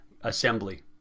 assembly